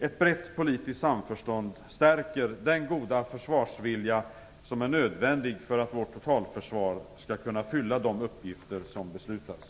Ett brett politiskt samförstånd stärker den goda försvarsvilja som är nödvändig för att vårt totalförsvar skall kunna fylla de uppgifter som beslutas.